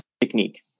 Technique